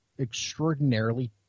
extraordinarily